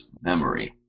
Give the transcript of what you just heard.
memory